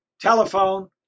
telephone